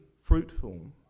fruitful